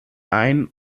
ein